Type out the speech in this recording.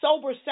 sober